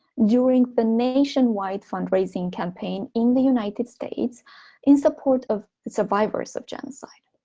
during the nation-wide fundraising campaign in the united states in support of survivors of genocide